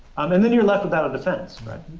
um and then you're left without a defense, right?